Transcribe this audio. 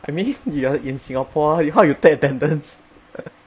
I mean you're in singapore how you how you take attendance